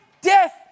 death